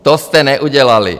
To jste neudělali.